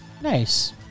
Nice